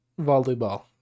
volleyball